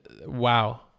Wow